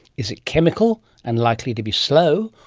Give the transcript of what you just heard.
is it chemical and likely to be slow,